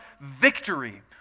victory